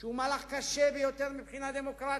שהוא מהלך קשה ביותר מבחינה דמוקרטית,